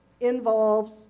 involves